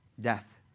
Death